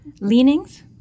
leanings